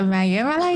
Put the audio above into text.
אתה מאיים עליי?